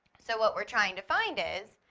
so what were trying to find is,